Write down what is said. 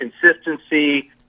consistency